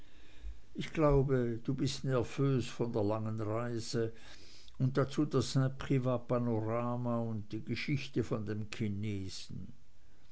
ich glaube du bist nervös von der langen reise und dazu das st privat panorama und die geschichte von dem chinesen